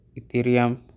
Ethereum